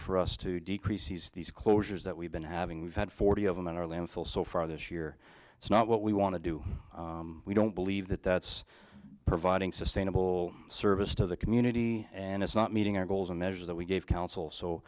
for us to decrease these closures that we've been having we've had forty of them in our landfill so far this year it's not what we want to do we don't believe that that's providing sustainable service to the community and it's not meeting our goals and measures that we gave council so